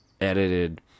edited